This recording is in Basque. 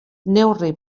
neurri